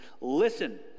listen